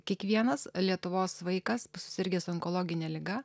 kiekvienas lietuvos vaikas susirgęs onkologine liga